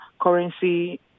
currency